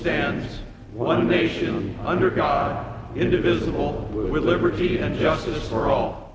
stands one nation under god indivisible with liberty and justice for all